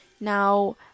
now